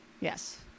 Yes